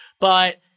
but-